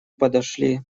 подошли